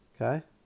Okay